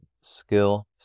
skill